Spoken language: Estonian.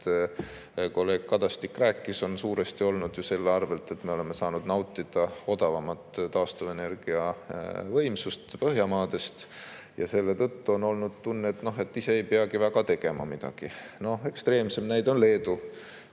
kolleeg Kadastik rääkis, on suuresti olnud ju selle arvel, et me oleme saanud nautida odavamat taastuvenergia võimsust Põhjamaadest, ja selle tõttu on olnud tunne, et ise ei peagi midagi väga tegema. [Meist] ekstreemsem näide on Leedu,